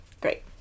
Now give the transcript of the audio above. Great